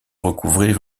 recouvrir